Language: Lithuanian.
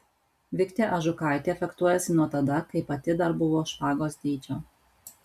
viktė ažukaitė fechtuojasi nuo tada kai pati dar buvo špagos dydžio